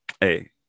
hey